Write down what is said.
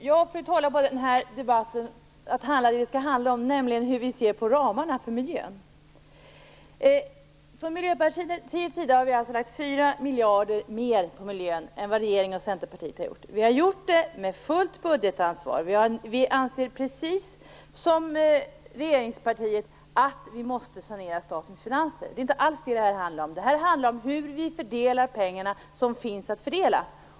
Fru talman! Jag vill få den här debatten att handla om det den skall handla om, nämligen hur vi ser på ramarna för miljön. Från Miljöpartiets sida har vi lagt 4 miljarder mer på miljön än regeringen och Centern. Vi har gjort det med fullt budgetansvar. Vi anser som regeringspartiet, att vi måste sanera statens finanser. Men här handlar det om hur vi fördelar de pengar som finns att fördela.